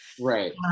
Right